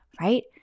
right